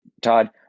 Todd